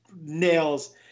nails